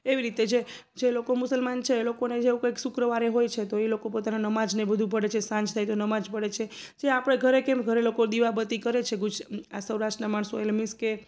એવી રીતે જે જે લોકો મુસલમાન છે એ લોકોને જ એવું કંઈ શુક્રવારે હોય છે તો એ લોકો પોતાના નમાઝને એ બધું પઢે છે સાંજ થાય તો નમાઝ પઢે છે જે આપણે ઘરે કેમ ઘરે લોકો દીવાબત્તી કરે છે ગુજ આ સૌરાષ્ટના માણસો એટલે મિન્સ કે